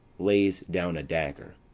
lays down a dagger.